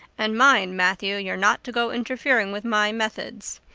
and mind, matthew, you're not to go interfering with my methods.